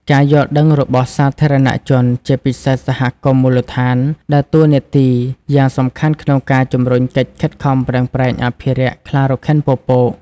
ការយល់ដឹងរបស់សាធារណជន ជាពិសេសសហគមន៍មូលដ្ឋាន ដើរតួនាទីយ៉ាងសំខាន់ក្នុងការជំរុញកិច្ចខិតខំប្រឹងប្រែងអភិរក្សខ្លារខិនពពក។